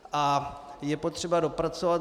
A je potřeba ho dopracovat.